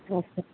আচ্ছা